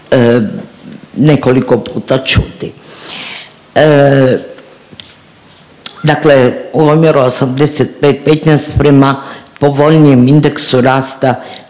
nekoliko puta čuti. Dakle u omjeru 85:15 prema povoljnijem indeksu rasta